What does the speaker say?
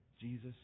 Jesus